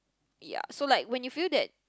ya so like when you feel that